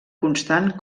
constant